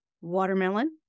watermelon